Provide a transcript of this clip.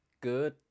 Good